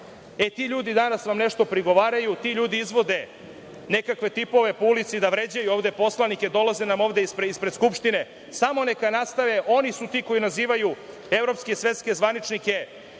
e, ti ljudi danas vam nešto prigovaraju, ti ljudi izvode nekakve tipove po ulici da vređaju poslanike, dolaze nam ovde ispred Skupštine. Samo neka nastave. Oni su ti koji nazivaju evropske i svetske zvaničnike